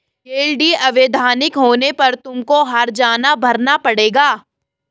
yield अवैधानिक होने पर तुमको हरजाना भरना पड़ेगा